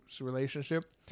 relationship